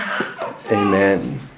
amen